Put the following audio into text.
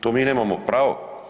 To mi nemamo pravo.